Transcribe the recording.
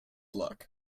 luck